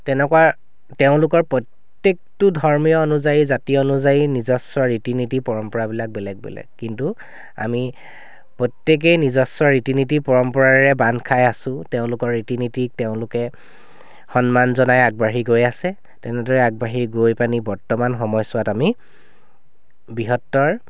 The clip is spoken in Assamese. তেনেকুৱা তেওঁলোকৰ প্ৰত্যেকটো ধৰ্ম অনুযায়ী জাতি অনুযায়ী নিজস্ব ৰীতি নীতি পৰম্পৰাবিলাক বেলেগ বেলেগ কিন্তু আমি প্ৰত্যেকেই নিজস্ব ৰীতি নীতি পৰম্পৰাৰে বান্ধ খাই আছোঁ তেওঁলোকৰ ৰীতি নীতিক তেওঁলোকে সন্মান জনাই আগবাঢ়ি গৈ আছে তেনেদৰে আগবাঢ়ি গৈ পেনি বৰ্তমান সময়ছোৱাত আমি বৃহত্তৰ